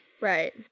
Right